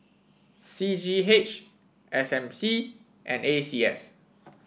C G H S M C and A C S